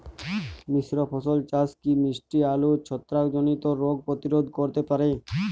মিশ্র ফসল চাষ কি মিষ্টি আলুর ছত্রাকজনিত রোগ প্রতিরোধ করতে পারে?